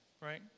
right